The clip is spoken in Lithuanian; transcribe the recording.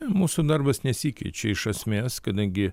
mūsų darbas nesikeičia iš esmės kadangi